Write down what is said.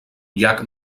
llac